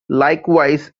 likewise